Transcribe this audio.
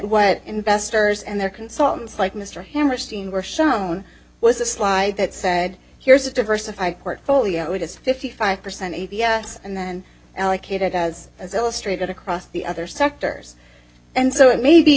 what investors and their consultants like mr hammerstein were shown was a slide that said here's a diversified portfolio it is fifty five percent a b s and then allocate it does as illustrated across the other sectors and so it may be